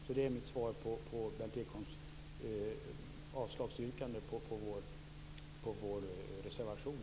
Det är mitt svar på Berndt Ekholms avslagsyrkande på vår reservation.